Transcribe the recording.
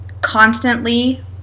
constantly